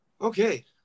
Okay